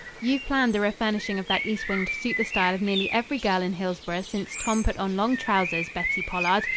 you've planned the refurnishing of that east wing to suit the style of nearly every girl in hillsboro since tom put on long trousers, bettie pollard,